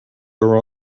were